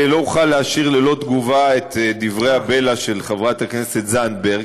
לא אוכל להשאיר ללא תגובה את דברי הבלע של חברת הכנסת זנדברג,